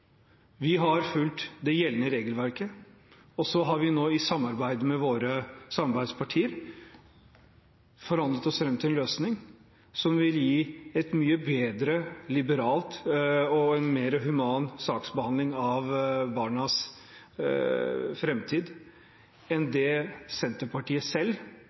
vi har i samarbeid med våre samarbeidspartier forhandlet oss fram til en løsning som vil gi en mye bedre, mer liberal og mer human saksbehandling, for barnas framtid, enn det Senterpartiet selv